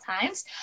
times